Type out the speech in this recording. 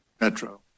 Metro